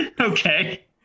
okay